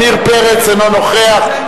עמיר פרץ, אינו נוכח.